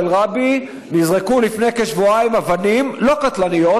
אל-ראבי נזרקו לפני כשבועיים אבנים לא קטלניות,